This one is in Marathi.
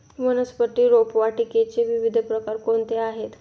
वनस्पती रोपवाटिकेचे विविध प्रकार कोणते आहेत?